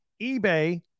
eBay